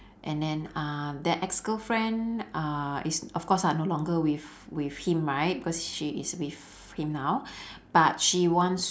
and then uh that ex girlfriend uh is of course lah no longer with with him right because she is with him now but she wants